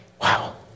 Wow